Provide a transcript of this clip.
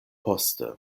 poste